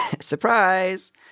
Surprise